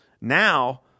Now –